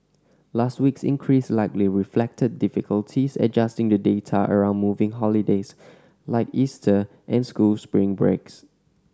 last week's increase likely reflected difficulties adjusting the data around moving holidays like Easter and school spring breaks